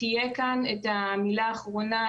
תהיה כאן את המילה האחרונה.